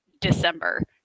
December